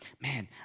Man